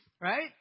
right